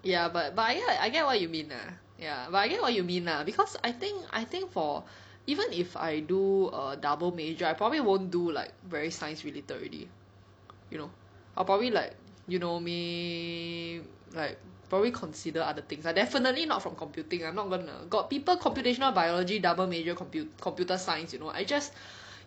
ya but but I heard I get what you mean lah ya but I get what you mean lah cause I think I think for even if I do a double major I probably won't do like very science related already you know I'll probably like you know may like probably consider other things ah definitely not from computing I'm not gonna got people computational biology double major computer computer science you know I just